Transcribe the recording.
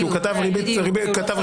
הוא כתב ריבית והצמדה.